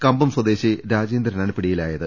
കമ്പം സ്വദേശി രാജേന്ദ്രനാണ് പിടിയിലായത്